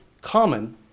common